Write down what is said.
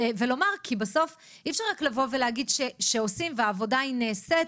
אי אפשר רק להגיד שעושים והעבודה נעשית,